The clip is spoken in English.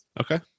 Okay